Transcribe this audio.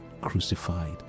crucified